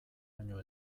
baino